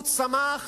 הוא צמח